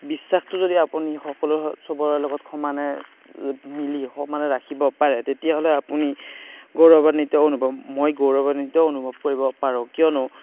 বিশ্বাসটো যদি আপুনি সকলো চবৰে লগত সমানে মিলি সমানে ৰাখিব পাৰে তেতিয়াহ'লে আপুনি গৌৰৱান্বিত অনুভৱ মই গৌৰৱান্বিত অনুভৱ কৰিব পাৰো কিয়নো